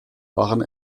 waren